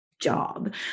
job